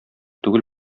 түгел